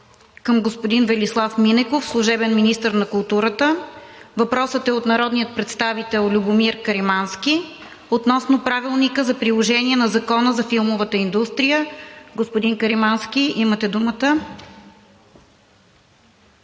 към господин Велислав Минеков – служебен министър на културата. Въпросът е от народния представител Любомир Каримански относно Правилник за приложение на Закона за филмовата индустрия. Господин Каримански, имате думата.